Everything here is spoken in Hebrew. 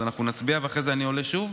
אז אנחנו נצביע, ואחרי זה אני עולה שוב?